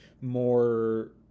more